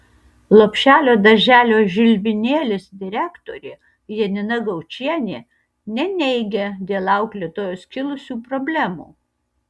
lopšelio darželio žilvinėlis direktorė janina gaučienė neneigia dėl auklėtojos kilusių problemų